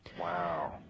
Wow